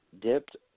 dipped